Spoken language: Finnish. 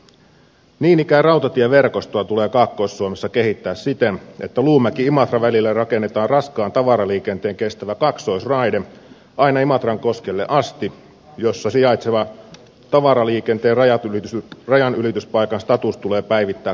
niin ikään rautatieverkostoa tulee kaakkois suomessa kehittää siten että luumäkiimatra välille rakennetaan raskaan tavaraliikenteen kestävä kaksoisraide aina imatrankoskelle asti jossa sijaitsevan tavaraliikenteen rajanylityspaikan status tulee päivittää kansainväliseksi